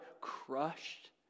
crushed